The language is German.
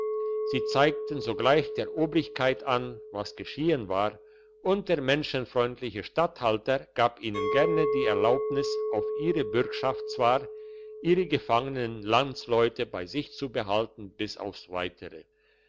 sie zeigten sogleich der obrigkeit an was geschehen war und der menschenfreundliche statthalter gab ihnen gerne die erlaubnis auf ihre bürgschaft zwar ihre gefangenen landsleute bei sich zu behalten bis auf ein weiteres